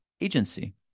agency